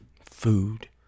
Food